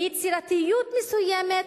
ביצירתיות מסוימת,